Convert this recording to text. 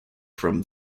from